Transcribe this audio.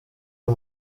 uyu